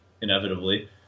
inevitably